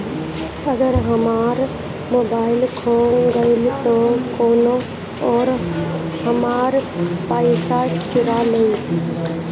अगर हमार मोबइल खो गईल तो कौनो और हमार पइसा चुरा लेइ?